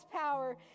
power